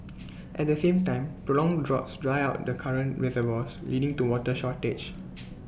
at the same time prolonged droughts dry out the current reservoirs leading to water shortage